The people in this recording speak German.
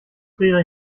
friere